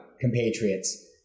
compatriots